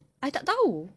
I tak tahu